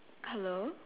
hello